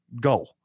go